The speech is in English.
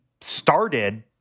started